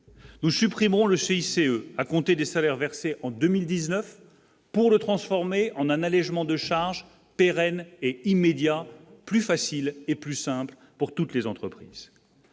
nous supprimerons le CICE à compter des salaires versés en 2019 pour le le transformer en un allégement de charges pérenne et immédiat, plus facile et plus simple pour toutes les entreprises,